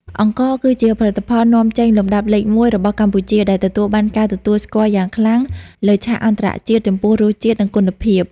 អង្ករគឺជាផលិតផលនាំចេញលំដាប់លេខមួយរបស់កម្ពុជា ដែលទទួលបានការទទួលស្គាល់យ៉ាងខ្លាំងលើឆាកអន្តរជាតិចំពោះរសជាតិ និងគុណភាព។